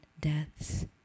deaths